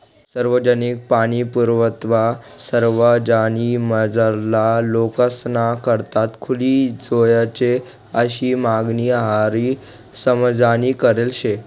सार्वजनिक पाणीपुरवठा सरवा जातीमझारला लोकेसना करता खुली जोयजे आशी मागणी अहिर समाजनी करेल शे